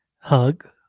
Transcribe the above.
Hug